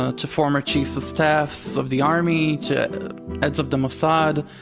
ah to former chiefs of staff so of the army, to heads of the mossad,